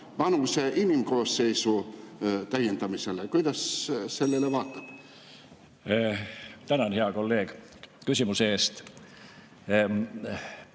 panuse ka inimkoosseisu täiendamisse. Kuidas sellele vaatad? Tänan, hea kolleeg, küsimuse eest!